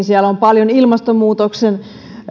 siellä on paljon ilmastonmuutoksen